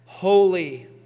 Holy